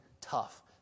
tough